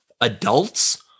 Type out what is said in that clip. adults